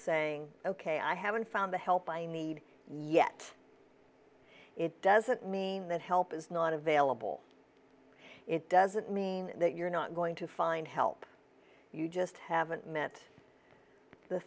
saying ok i haven't found the help i need yet it doesn't mean that help is not available it doesn't mean that you're not going to find help you just haven't met the